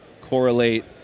correlate